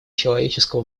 человеческого